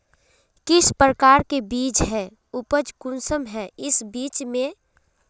किस प्रकार के बीज है उपज कुंसम है इस बीज में?